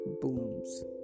blooms